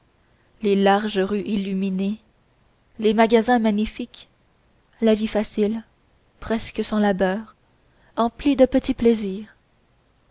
les larges rues illuminées les magasins magnifiques la vie facile presque sans labeur emplie de petits plaisirs